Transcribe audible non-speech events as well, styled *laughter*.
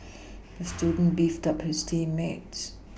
the *noise* student beefed his team mates